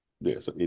yes